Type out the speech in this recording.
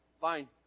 fine